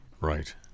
Right